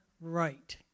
right